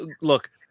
look